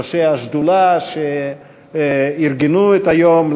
ראשי השדולה שארגנו את היום,